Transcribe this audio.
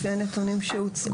לפי הנתונים שהוצגו,